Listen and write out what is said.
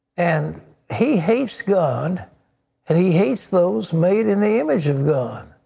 and he hates god and he hates those made in the image of god.